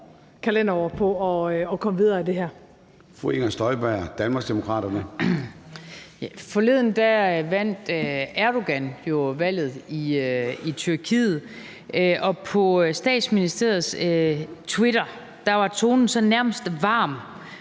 Forleden vandt Erdogan jo valget i Tyrkiet, og på Statsministeriets Twitter var tonen sådan nærmest varm.